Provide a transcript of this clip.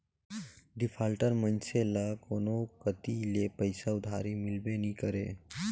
defaulter मइनसे ल कोनो कती ले पइसा उधारी मिलबे नी करे